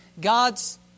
God's